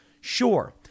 Sure